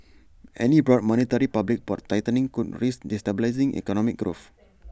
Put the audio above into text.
any broad monetary policy tightening could risk destabilising economic growth